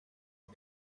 the